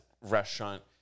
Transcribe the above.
restaurant